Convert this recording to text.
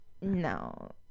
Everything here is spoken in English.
No